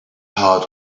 heart